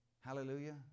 Hallelujah